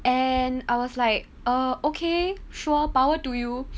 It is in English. and I was like err okay sure power to you